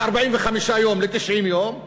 מ-45 יום ל-90 יום,